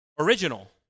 original